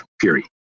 fury